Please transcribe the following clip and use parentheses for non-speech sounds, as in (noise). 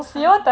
(laughs)